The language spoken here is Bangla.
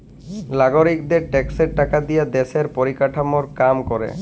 লাগরিকদের ট্যাক্সের টাকা দিয়া দ্যশের পরিকাঠামর কাম ক্যরে